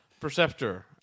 Perceptor